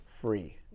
free